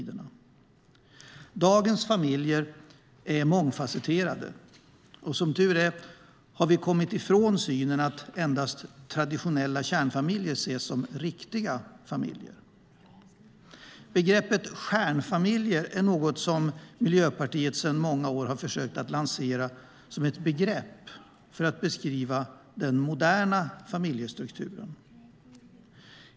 Dagens familjer är mångfasetterade, och som tur är har vi kommit ifrån synen att endast traditionella kärnfamiljer ses som riktiga familjer. Begreppet stjärnfamilj är något som Miljöpartiet i många år har försökt att lansera för att beskriva den moderna familjen.